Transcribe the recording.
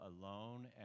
alone